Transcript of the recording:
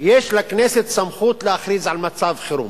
יש לכנסת סמכות להכריז על מצב חירום,